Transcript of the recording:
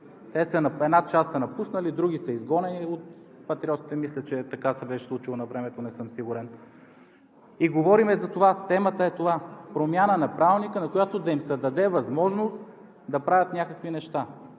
една част са напуснали, други са изгонени – от Патриотите мисля, че така се беше случило навремето, не съм сигурен, и говорим за това. Темата е това – промяна на Правилника, с която да им се даде възможност да правят някакви неща.